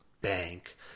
bank